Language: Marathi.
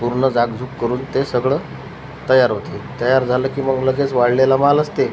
पूर्ण झाकझुक करून ते सगळं तयार होते तयार झालं की मग लगेच वाळलेला माल असते